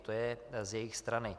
To je z jejich strany.